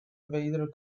vader